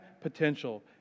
potential